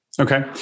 Okay